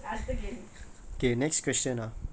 முதல்லயே நீ கேட்டு இருக்கணும்:muthallaye nee kettu irukkanum